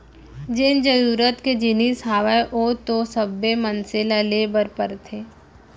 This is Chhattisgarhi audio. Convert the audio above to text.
जेन जरुरत के जिनिस हावय ओ तो सब्बे मनसे ल ले बर परथे